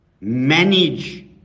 manage